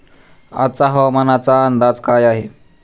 आजचा हवामानाचा अंदाज काय आहे?